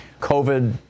COVID